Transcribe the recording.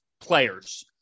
players